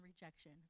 rejection